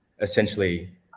essentially